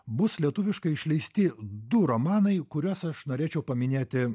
bus lietuviškai išleisti du romanai kuriuos aš norėčiau paminėti